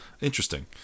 interesting